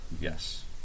Yes